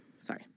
sorry